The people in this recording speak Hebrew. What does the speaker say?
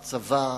הצבא,